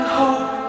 hope